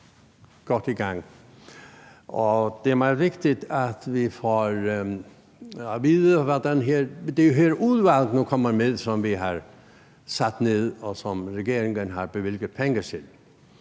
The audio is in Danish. godt i gang. Og det er meget vigtigt, at vi får at vide, hvordan hele det udvalg, som vi har nedsat, og som regeringen har bevilget penge til,